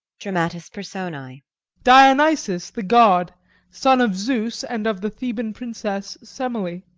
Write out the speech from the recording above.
dramatis personae dionysus, the god son of zeus and of the theban princess semele.